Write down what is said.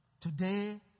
today